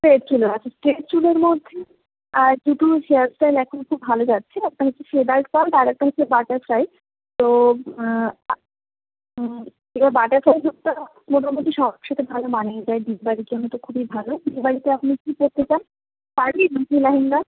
straight চুলও আছে straight চুলের মধ্যে দুটো হেয়ার স্টাইল এখন খুব ভালো যাচ্ছে একটা হচ্ছে ফেদার কাট আর একটা হচ্ছে বাটারফ্লাই তো আ এবার বাটারফ্লাই লুকটা মোটামুটি সবার সাথে ভালো মানিয়ে যায় বিয়ে বাড়ির জন্য তো খুবই ভালো বিয়ে বাড়িতে আপনি কী পরতে চান শাড়ি না কি লেহেঙ্গা